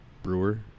Brewer